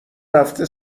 رفته